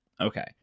Okay